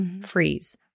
freeze